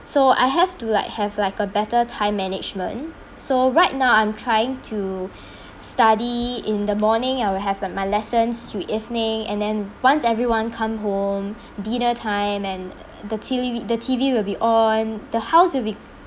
so I have to like have like a better time management so right now I'm trying to study in the morning I will have my lessons till evening and then once everyone come home dinner time and the T_V the T_V will be on the house will be